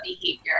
behavior